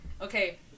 Okay